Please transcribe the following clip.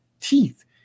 teeth